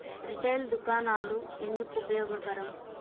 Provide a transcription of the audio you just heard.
Retail దుకాణాలు ఎందుకు ఉపయోగకరం?